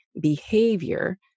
behavior